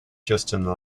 justin